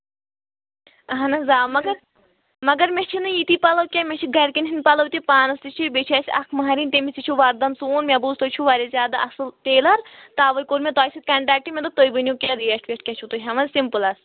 اہن حظ آ مگر مگر مےٚ چھِنہٕ یتی پَلو کینٛہہ مےٚ چھِ گَرِکٮ۪ن ہِنٛدۍ پَلَو تہِ پانَس تہِ چھِ بیٚیہِ چھِ اَسہِ اَکھ مَہرٮ۪نۍ تٔمِس تہِ چھُ وَردَن سُوُن مےٚ بوٗز تۄہہِ چھُو واریاہ زیادٕ اَصٕل ٹیلَر تَوَے کوٚر مےٚ تۄہہِ سۭتۍ کَنٹیکٹ مےٚ دوٚپ تُہۍ ؤنِو کیٛاہ ریٹ ویٹ کیٛاہ چھُو تُہۍ ہیٚوان سِمپٕلَس